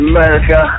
America